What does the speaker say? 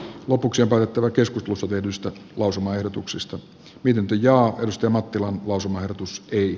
lopuksi varottava keskus rusovedosta lausumaehdotuksesta pitempi ja julisti mattilan lausumaehdotus ei